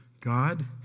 God